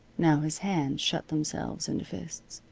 now his hands shut themselves into fists.